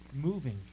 moving